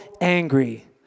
angry